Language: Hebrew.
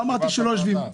לא אמרתי שלא יושבים,